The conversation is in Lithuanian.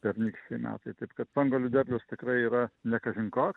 pernykščiai metai taip kad spanguolių derlius tikrai yra ne kažin koks